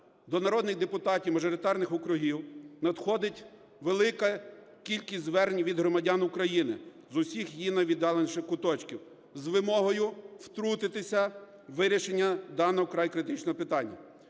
до народних депутатів мажоритарних округів, надходить велика кількість звернень від громадян України з усіх її найвіддаленіших куточків з вимогою втрутитись у вирішення даного, вкрай критичного питання.